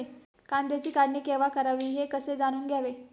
कांद्याची काढणी केव्हा करावी हे कसे जाणून घ्यावे?